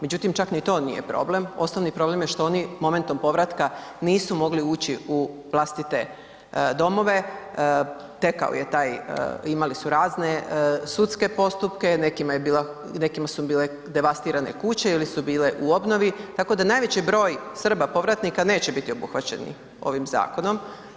Međutim, čak ni to nije problem, osnovni problem je što oni momentom povratka nisu mogli ući u vlastite domove, tekao je taj imali su razne sudske postupke, nekima su bile devastirane kuće ili su bile u obnovi, tako da najveći broj Srba povratnika neće biti obuhvaćeni ovim zakonom.